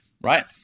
Right